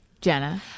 Jenna